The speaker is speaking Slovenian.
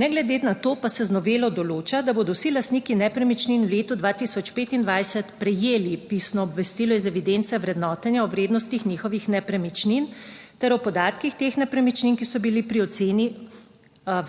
Ne glede na to, pa se z novelo določa, da bodo vsi lastniki nepremičnin v letu 2025 prejeli pisno obvestilo iz evidence vrednotenja o vrednostih njihovih nepremičnin ter o podatkih teh nepremičnin, ki so bili pri oceni